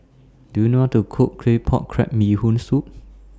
Do YOU know How to Cook Claypot Crab Bee Hoon Soup